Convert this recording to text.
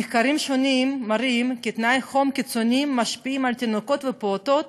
מחקרים שונים מראים כי תנאי חום קיצוניים משפיעים על תינוקות ופעוטות